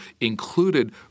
included